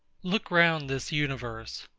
look round this universe.